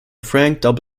frank